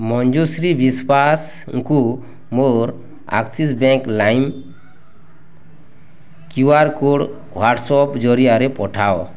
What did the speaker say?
ମଞ୍ଜୁଶ୍ରୀ ବିଶ୍ୱାସଙ୍କୁ ମୋର Axis bank lime QR code WhatsApp ଜରିଆରେ ପଠାଅ